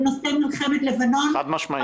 בנושא מלחמת לבנון -- חד-משמעית.